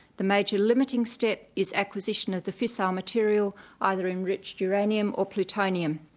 the major limiting step is acquisition of the fissile material either enriched uranium or plutonium.